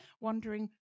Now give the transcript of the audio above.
wondering